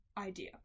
idea